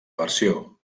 versió